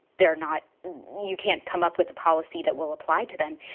they're not you can't come up with a policy that will apply to them.